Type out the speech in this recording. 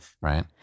right